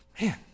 Man